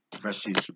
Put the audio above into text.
verses